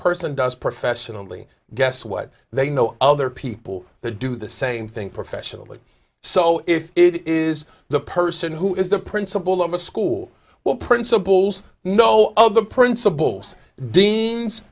person does professionally guess what they know other people do the same thing professionally so if it is the person who is the principal of a school well principals know all the principals deans